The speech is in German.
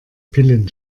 pillen